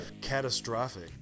catastrophic